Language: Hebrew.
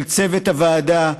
לצוות הוועדה,